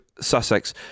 Sussex